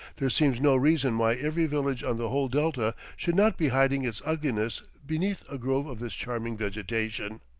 there seems no reason why every village on the whole delta should not be hiding its ugliness beneath a grove of this charming vegetation.